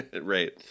Right